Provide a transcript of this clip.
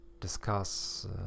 discuss